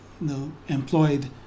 employed